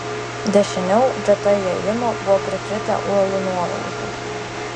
dešiniau greta įėjimo buvo prikritę uolų nuolaužų